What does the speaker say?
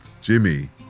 Jimmy